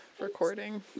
recording